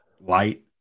light